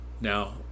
now